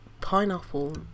Pineapple